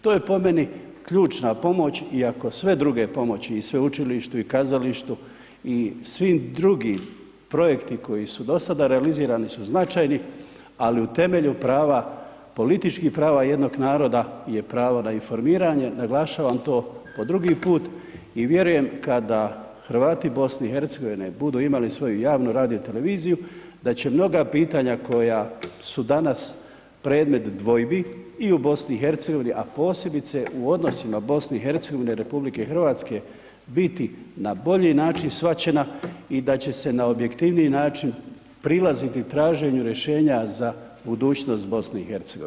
To je po meni ključna pomoć i kao sve druge pomoći i sveučilištu i kazalištu i svi drugi projekti koji su dosada realizirani su značajni ali u temelju prava, političkih prava jednog naroda je pravo na informiranje, naglašavam to po drugi put i vjerujem kada Hrvati BiH budu imali svoju javnu radio televiziju da će mnoga pitanja koja su danas predmet dvojbi i u BiH, a posebice u odnosima BiH i RH biti na bolji način shvaćena i da će se na objektivniji način prilaziti traženju rješenja za budućnost BiH.